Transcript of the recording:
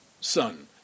son